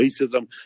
racism